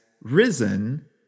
risen